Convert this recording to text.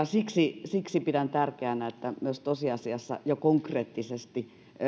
siksi siksi pidän tärkeänä että myös tosiasiassa ja konkreettisesti